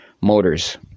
motors